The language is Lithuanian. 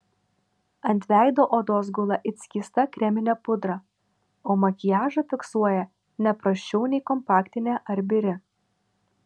ant veido odos gula it skysta kreminė pudra o makiažą fiksuoja ne prasčiau nei kompaktinė ar biri